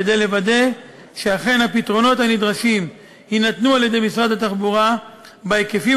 כדי לוודא שאכן הפתרונות הנדרשים יינתנו על-ידי משרד התחבורה בהיקפים